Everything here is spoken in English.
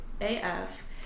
AF